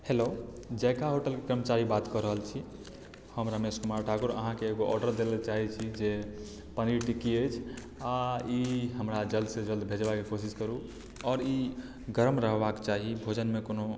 hello Zaika होटलके कर्मचारी बात कऽ रहल छी हम रमेश कुमार ठाकुर अहाँकेँ एगो ऑर्डर दै लए चाहैत छी जे पनीर टिक्की अछि आ ई हमरा जल्दसँ जल्द भेजबाक कोशिश करू आओर ई गर्म रहबाक चाही भोजनमे कोनो